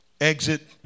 exit